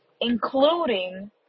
including